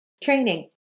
training